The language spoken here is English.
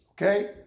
Okay